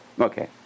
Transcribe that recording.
Okay